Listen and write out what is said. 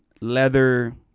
leather